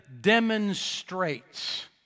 demonstrates